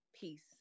Peace